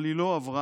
אבל היא לא עברה